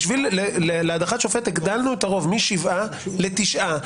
להדחת שופט הגדלנו את הרוב משבעה לתשעה.